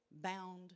bound